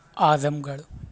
اعظم گڑھ